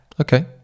Okay